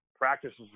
Practices